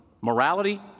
Morality